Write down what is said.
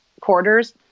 quarters